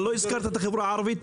אבל לא הזכרת בכלל את החברה הערבית.